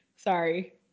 Sorry